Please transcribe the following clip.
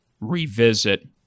revisit